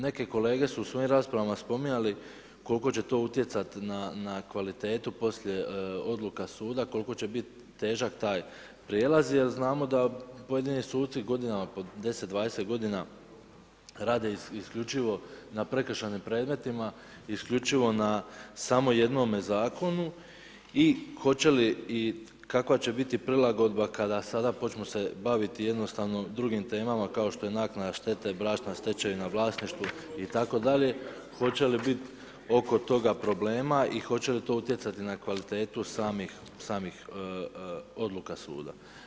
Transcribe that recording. Neke kolege su u svojim raspravama spominjali koliko će to utjecati na kvalitetu poslije odluka suda, koliko će biti težak taj prijelaz jer znamo da pojedini suci godinama, po 10, 20 g. rade isključivo na prekršajnim pregledima isključivo na samo jednome zakonu i hoće li i kakva će biti prilagodba kada sada počnu se baviti jednostavno drugim temama, kao što je naknada štete, bračna stečevina, vlasništvo itd. hoće li biti oko toga problema i hoće li to utjecati na kvalitetu samih odluka suda.